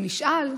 הוא נשאל: